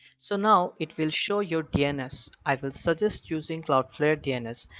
so now it will show your dns. i will suggest using cloudflare dns,